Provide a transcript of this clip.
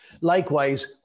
Likewise